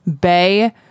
bay